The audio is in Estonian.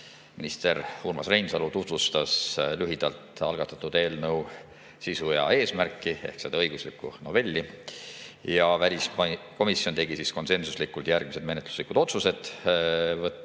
Minister Urmas Reinsalu tutvustas lühidalt algatatud eelnõu sisu ja eesmärki ehk seda õiguslikku novelli. Väliskomisjon tegi konsensuslikult järgmised menetluslikud otsused: võtta